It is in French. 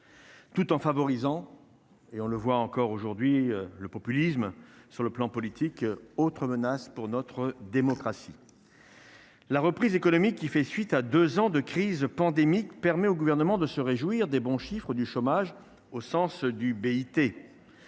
tout en favorisant et on le voit encore aujourd'hui le populisme, sur le plan politique autre menace pour notre démocratie. La reprise économique qui fait suite à 2 ans de crise pandémique permet au gouvernement de se réjouir des bons chiffres du chômage au sens du BIT